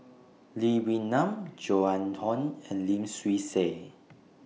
Lee Wee Nam Joan Hon and Lim Swee Say